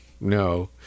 No